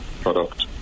product